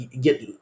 get